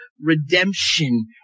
redemption